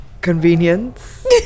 convenience